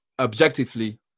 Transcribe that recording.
objectively